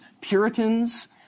Puritans